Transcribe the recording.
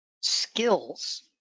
skills